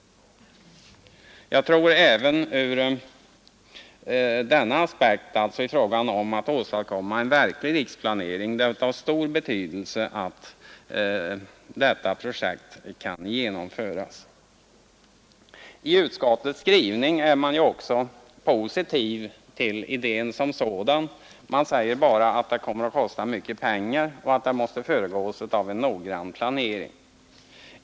Jag tror att det även ur denna aspekt — åstadkommande av en verklig riksplanering — är av stor betydelse att detta projekt kan genomföras. Utskottet är ju i sin skrivning också positivt till idén som sådan. Man säger bara att det kommer att kosta mycket pengar och att arbetet måste föregås av en noggrann planering.